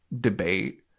debate